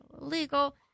illegal